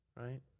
Right